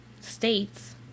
states